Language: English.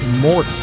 more than.